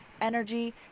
energy